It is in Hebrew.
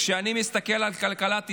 וכשאני מסתכל על כלכלת ישראל,